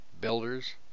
builders